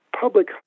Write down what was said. public